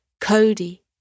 Cody